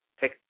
take